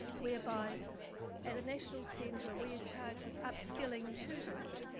whereby at the national centre, we are charged with upskilling tutors.